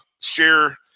Share